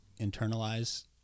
internalize